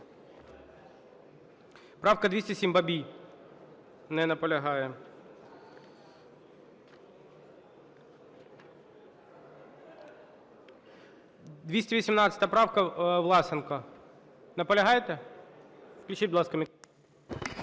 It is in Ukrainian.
Правка 207, Бабій. Не наполягає. 218 правка, Власенко. Наполягаєте? Включіть, будь ласка, мікрофон.